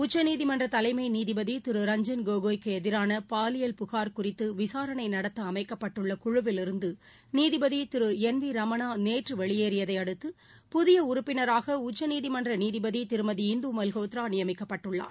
உச்சநீதிமன்றதலைமைநீதிபதிதிரு கோகோய்க்குஎதிரானபாலியல் புகார் ரஞ்ஜன் குறித்துவிசாரணைநடத்தஅமைக்கப்பட்டுள்ளகுழுவிலிருந்துநீதிபதிதிருஎன் விரமணாநேற்றுவெளியேறியதைஅடுத்து புதியஉறுப்பினராகஉச்சநீதிமன்றநீதிபதிதிருமதி இந்துமல்கோத்ராநியமிக்கப்பட்டுள்ளார்